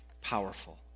Powerful